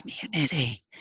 community